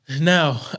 Now